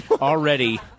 already